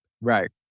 right